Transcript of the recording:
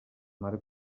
mare